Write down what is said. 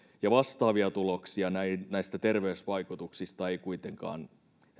ja vastaavia tuloksia näistä terveysvaikutuksista ei kuitenkaan